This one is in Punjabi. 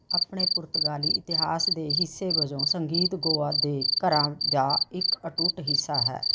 ਆਪਣੇ ਪੁਰਤਗਾਲੀ ਇਤਿਹਾਸ ਦੇ ਹਿੱਸੇ ਵਜੋਂ ਸੰਗੀਤ ਗੋਆ ਦੇ ਘਰਾਂ ਦਾ ਇੱਕ ਅਟੁੱਟ ਹਿੱਸਾ ਹੈ